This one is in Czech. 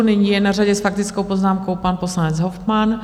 Nyní je na řadě s faktickou poznámkou pan poslanec Hofmann.